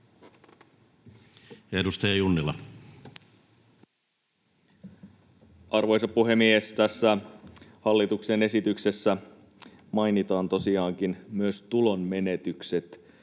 14:41 Content: Arvoisa puhemies! Tässä hallituksen esityksessä mainitaan tosiaankin myös tulonmenetykset.